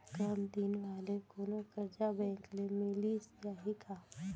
कम दिन वाले कोनो करजा बैंक ले मिलिस जाही का?